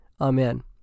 amen